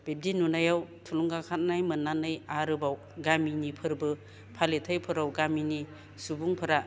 बिब्दि नुनायाव थुलुंगा खांनाय मोननानै आरोबाव गामिनि फोरबो फालिथायफोराव गामिनि सुबुंफोरा